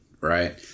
right